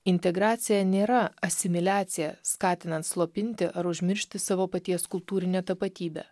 integracija nėra asimiliacija skatinant slopinti ar užmiršti savo paties kultūrinę tapatybę